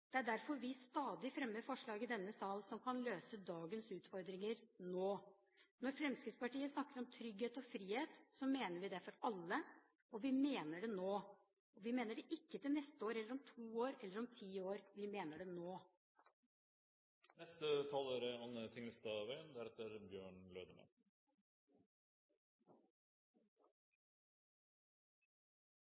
Det er derfor vi stadig fremmer forslag i denne salen som kan løse dagens utfordringer – nå. Når Fremskrittspartiet snakker om trygghet og frihet, mener vi det for alle, og vi mener det nå. Vi mener det ikke til neste år eller om to år eller om ti år – vi mener det nå. Det er